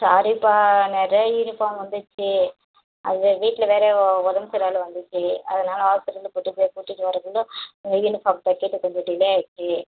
சாரிப்பா நிறையா யூனிஃபார்ம் வந்துருச்சு அது வீட்டில வேற ஒ உடம்பு சரியில்லை வேலை வந்துருச்சு அதனால் ஹாஸ்பிடலுக்கு கூட்டிட்டு போய்ட்டு கூட்டிட்டு வர்றதுக்குள்ள உங்கள் யூனிஃபார்ம் தைக்கிறது கொஞ்சம் டிலே ஆயிருச்சு